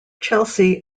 chelsea